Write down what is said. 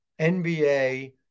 NBA